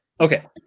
Okay